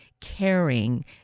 caring